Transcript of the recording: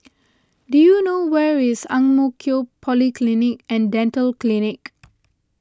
do you know where is Ang Mo Kio Polyclinic and Dental Clinic